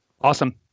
Awesome